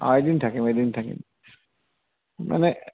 অ এদিন থাকিম এদিন থাকিম মানে